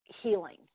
healing